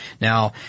Now